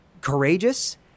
courageous